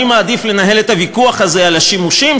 אני מעדיף לנהל את הוויכוח הזה על השימושים,